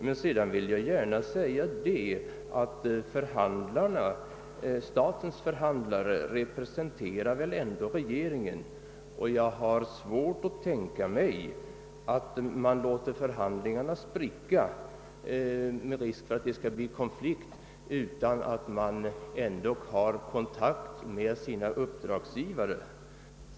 Men statens förhandlare representerar väl ändå regeringen, och jag har svårt att tänka mig att man låter förhandlingarna spricka, med risk för att det skall bli konflikt, utan att ha kontakt med uppdragsgivaren.